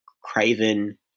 Craven